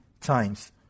times